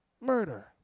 murder